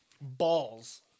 balls